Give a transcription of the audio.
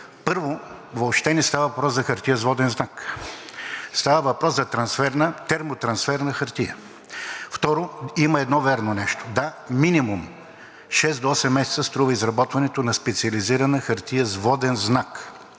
Първо, въобще не става въпрос за хартия с воден знак. Става въпрос за термотрансферна хартия. Второ, има едно вярно нещо – да, минимум шест до осем месеца струва изработването на специализирана хартия с воден знак.